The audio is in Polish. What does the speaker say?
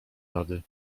rady